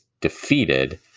defeated